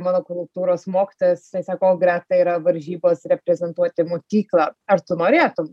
mano kultūros mokytojas jisai sako greta yra varžybos reprezentuoti mokyklą ar tu norėtum